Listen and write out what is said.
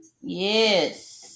Yes